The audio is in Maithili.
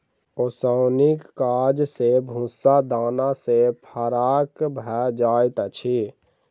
ओसौनीक काज सॅ भूस्सा दाना सॅ फराक भ जाइत अछि